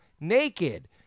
naked